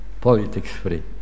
politics-free